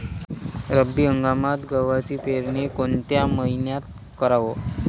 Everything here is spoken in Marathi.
रब्बी हंगामात गव्हाची पेरनी कोनत्या मईन्यात कराव?